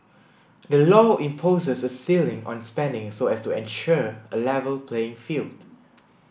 the law imposes a ceiling on spending so as to ensure a level playing field